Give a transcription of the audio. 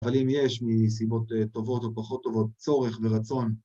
אבל אם יש מסיבות טובות או פחות טובות, צורך ורצון.